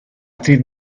actriz